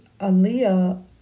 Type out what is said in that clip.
Aaliyah